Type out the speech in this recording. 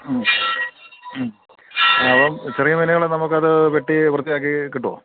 അപ്പോള് ചെറിയ മീനുകള് നമുക്കതു വെട്ടി വൃത്തിയാക്കി കിട്ടുമോ